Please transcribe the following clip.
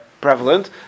prevalent